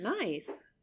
Nice